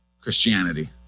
Christianity